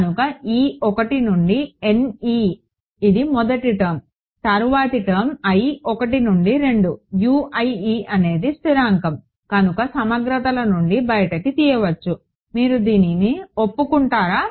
కనుక e 1 నుండి Ne ఇది మొదటి టర్మ్ తరువాతి టర్మ్ i 1 నుండి 2 U i e అనేది స్థిరాంకం కనుక సమగ్రతల నుండి బయటికి తీయవచ్చు మీరు దీనిని ఒప్పుకుంటారా